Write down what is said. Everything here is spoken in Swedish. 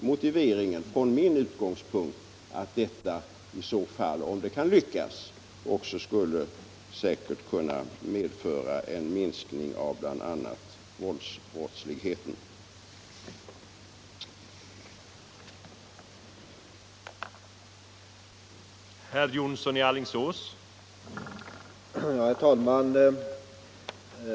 Motiveringen från min utgångspunkt är att detta, om det lyckas, säkert också skulle kunna medföra en minskning av bl.a. vålds Om prishöjningarna på inrikesflygets linjer till övre Norrland